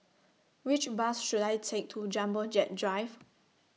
Which Bus should I Take to Jumbo Jet Drive